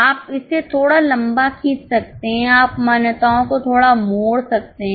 आप इसे थोड़ा लंबा खींच सकते हैं आप मान्यताओं को थोड़ा मोड़ सकते हैं